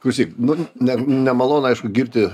klausyk nu ne nemalonu aišku girti